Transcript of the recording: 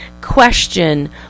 question